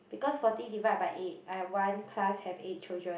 because forty divide by eight I have one class have eight children